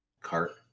cart